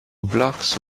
blocks